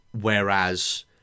whereas